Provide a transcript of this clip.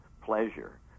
pleasure